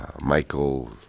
Michael